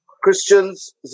Christians